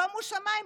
שומו שמיים,